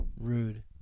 Rude